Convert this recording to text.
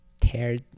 tear